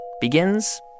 begins